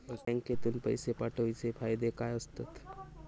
बँकेतून पैशे पाठवूचे फायदे काय असतत?